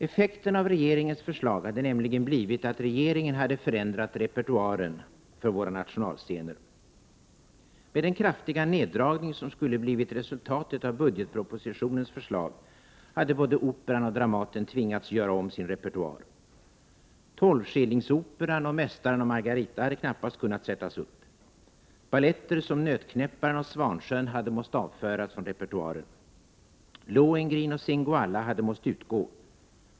Effekten av regeringens förslag hade nämligen blivit att regeringen hade förändrat repertoaren för våra nationalscener. Med den kraftiga neddragning som skulle blivit resultatet av budgetpropositionens förslag hade både Operan och Dramaten tvingats göra om sin repertoar. Tolvskillingsoperan och Mästaren och Margarita hade knappast kunnat sättas upp. Baletter som Nötknäpparen och Svansjön hade måst avföras från repertoaren. Lohengrin och Singoalla hade måst utgå.